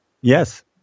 Yes